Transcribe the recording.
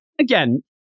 again